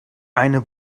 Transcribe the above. eine